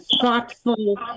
thoughtful